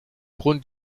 grund